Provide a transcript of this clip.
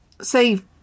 say